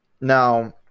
Now